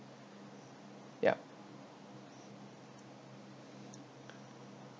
yup